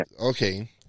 okay